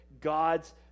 God's